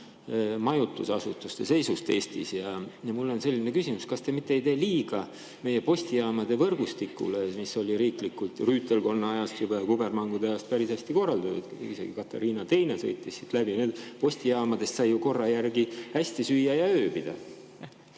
majutusasutuste seisu kohta Eestis. Ja mul on selline küsimus: kas te mitte ei tee liiga meie postijaamade võrgustikule, mis oli riiklikult juba rüütelkonna ajast ja kubermangude ajast päris hästi korraldatud? Isegi Katariina II sõitis siit läbi. Postijaamades sai ju korra järgi hästi süüa ja ööbida.